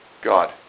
God